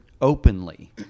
openly